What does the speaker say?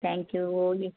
thank you